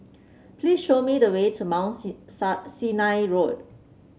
please show me the way to Mount Sinai Road